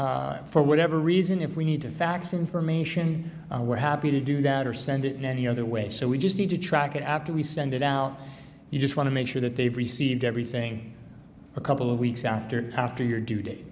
for whatever reason if we need to fax information we're happy to do that or send it in any other way so we just need to track it after we send it out you just want to make sure that they've received everything a couple of weeks after after your du